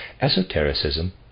Esotericism